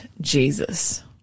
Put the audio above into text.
Jesus